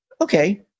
okay